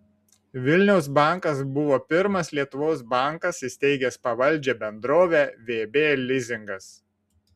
vilniaus bankas buvo pirmas lietuvos bankas įsteigęs pavaldžią bendrovę vb lizingas